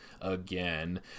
again